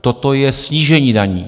Toto je snížení daní.